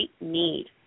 need